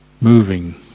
Moving